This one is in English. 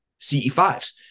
CE5s